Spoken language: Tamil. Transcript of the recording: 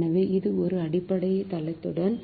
எனவே இது ஒரு அடையாளத்துடன்